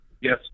Yes